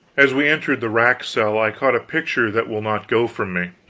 as we entered the rack-cell i caught a picture that will not go from me